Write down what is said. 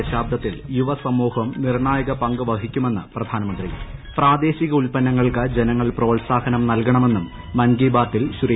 ദശാബ്ദത്തിൽ യുവസമൂഹം നിർണ്ണായക പങ്ക് വഹിക്കുമെന്ന് പ്രധാനമന്ത്രി പ്രാദേശിക ഉല്പന്നങ്ങൾക്ക് ജനങ്ങൾ പ്രോത്സാഹനം നൽകണമെന്നും മൻ കി ബാതിൽ ശ്രീ